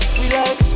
relax